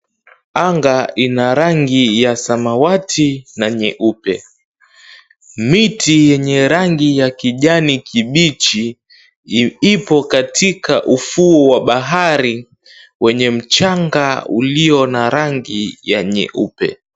Anga ina rangi ya samawati na nyeupe. Miti yenye rangi ya kijani kibichi, ipo katika ufuo wa bahari kwenye mchanga ulio na rangi ya nyeupe.